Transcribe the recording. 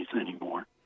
anymore